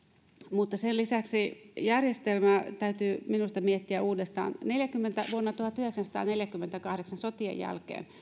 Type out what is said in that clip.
mutta sen lisäksi järjestelmää täytyy minusta miettiä uudestaan vuonna tuhatyhdeksänsataaneljäkymmentäkahdeksan sotien jälkeen